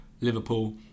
Liverpool